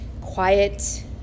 quiet